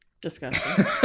Disgusting